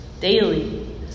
daily